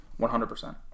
100%